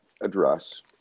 address